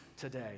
today